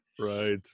right